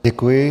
Děkuji.